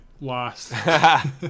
lost